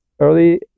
Early